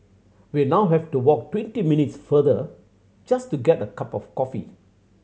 we now have to walk twenty minutes farther just to get a cup of coffee